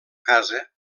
casa